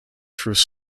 through